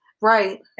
Right